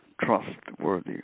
trustworthy